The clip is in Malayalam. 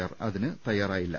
ആർ അതിന് തയ്യാറായില്ല